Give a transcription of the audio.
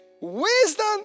Wisdom